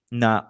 na